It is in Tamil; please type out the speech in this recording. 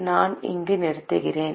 நான் இங்கே நிறுத்துகிறேன்